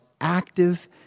active